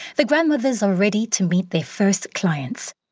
the grandmothers are ready to meet their first clients.